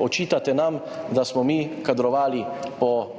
Očitate nam, da smo mi kadrovali po strankarskih